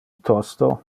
tosto